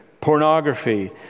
Pornography